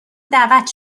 دعوت